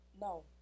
no